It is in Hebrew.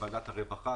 לוועדת הרווחה,